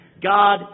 God